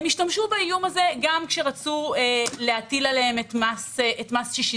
הם השתמשו באיום הזה גם כשרצו להטיל עליהם את מס ששינסקי.